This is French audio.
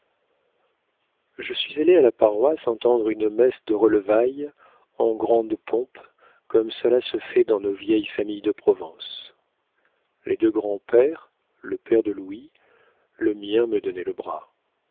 je suis allée à la paroisse entendre une messe de relevailles en grande pompe comme cela se fait dans nos vieilles familles de provence les deux grands-pères le père de louis le mien me donnaient le bras